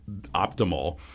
optimal